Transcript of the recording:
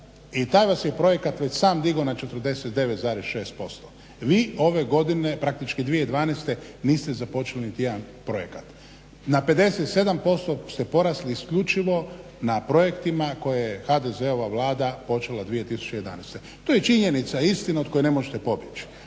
i taj vas je projekat već sam digo na 49,6%. vi ove godine praktički 2012. niste započeli niti jedan projekat. Na 57% ste porasli isključivo na projektima koje je HDZ-ova Vlada počela 2011. To je činjenica, istina od koje ne možete pobjeći.